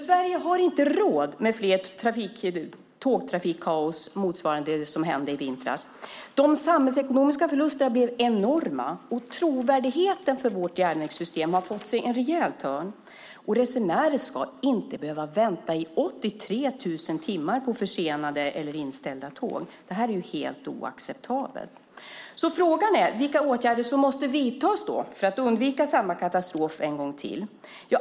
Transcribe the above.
Sverige har inte råd med fler tågtrafikkaos motsvarande det som hände i vintras. De samhällsekonomiska förlusterna blev enorma, och trovärdigheten för vårt järnvägssystem har fått sig en rejäl törn. Resenärer ska inte behöva vänta i 83 000 timmar på försenade eller inställda tåg. Det här är helt oacceptabelt. Frågan är vilka åtgärder som då måste vidtas för att undvika samma katastrof en gång till.